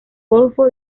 golfo